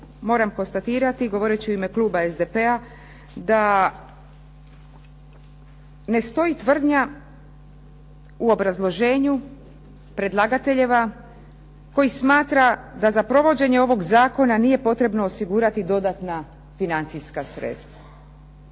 moram konstatirati govoreći u ime Kluba SDP-a da ne stoji tvrdnja u obrazloženju predlagateljeva koji smatra da za provođenje ovog Zakona nije potrebno osigurati dodatna financijska sredstva.